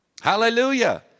Hallelujah